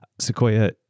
sequoia